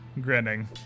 grinning